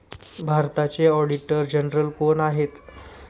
भारताचे auditor general कोण आहेत?